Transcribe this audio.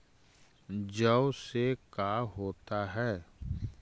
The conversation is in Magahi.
जौ से का होता है?